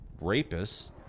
rapists